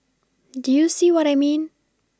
do you see what I mean